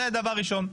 זה דבר ראשון.